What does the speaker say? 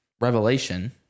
revelation